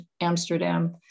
Amsterdam